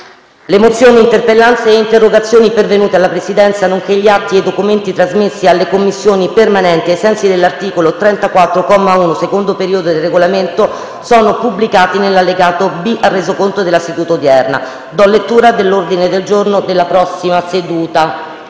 Le mozioni, le interpellanze e le interrogazioni pervenute alla Presidenza, nonché gli atti e i documenti trasmessi alle Commissioni permanenti ai sensi dell'articolo 34, comma 1, secondo periodo, del Regolamento sono pubblicati nell'allegato B al Resoconto della seduta odierna. **Ordine del giorno per la seduta